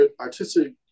artistic